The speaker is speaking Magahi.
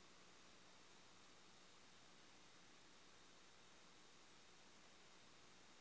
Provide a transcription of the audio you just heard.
बचत खता खोलावार तने के.वाइ.सी प्रमाण एर रूपोत आधार आर पैन कार्ड एर